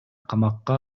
камакка